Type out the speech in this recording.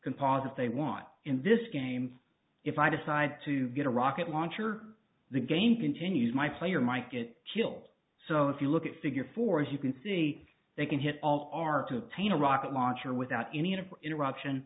composites they want in this game if i decide to get a rocket launcher the game continues my player might get killed so if you look at figure four as you can see they can hit all art to obtain a rocket launcher without any need of interruption